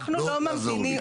אנחנו לא ממתינים,